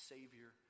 Savior